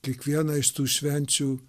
kiekvieną iš tų švenčių